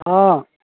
हँ